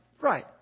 Right